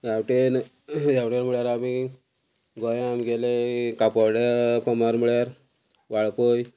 ह्यावटेन ह्यावटेन म्हळ्यार आमी गोंयान आमगेले कापोडे फमार म्हळ्यार वाळपय